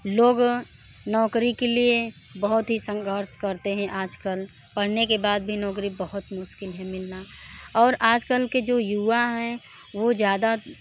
लोग नौकरी के लिए बहुत ही संघर्ष करते हैं आज कल पढ़ने के बाद भी नौकरी बहुत मुश्किल है मिलना और आज कल के जो युवा हैं वो ज़्यादा